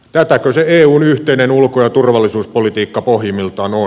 tätäkö se eun yhteinen ulko ja turvallisuuspolitiikka pohjimmiltaan on